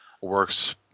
works